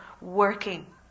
working